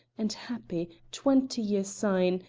and happy, twenty years syne,